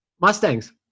Mustangs